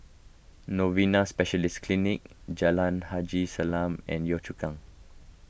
Novena Specialist Clinic Jalan Haji Salam and Yio Chu Kang